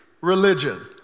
religion